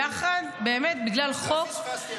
--- אתם נלחמים נגד הממסד החרדי,